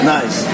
Nice